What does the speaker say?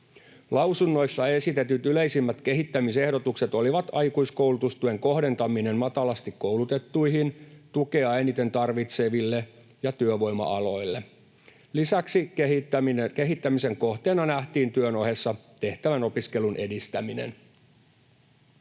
Lausunnoissa esitetyt yleisimmät kehittämisehdotukset olivat aikuiskoulutustuen kohdentaminen matalasti koulutettuihin, tukea eniten tarvitseville ja työvoima-aloille. Lisäksi kehittämisen kohteena nähtiin työn ohessa tehtävän opiskelun edistäminen.